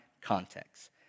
context